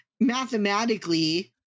mathematically